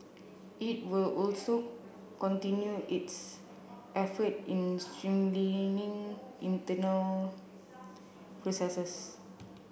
it will also continue its effort in streamlining internal processes